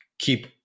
Keep